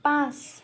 পাঁচ